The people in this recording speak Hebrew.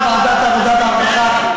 בוועדת העבודה והרווחה,